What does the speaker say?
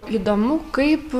įdomu kaip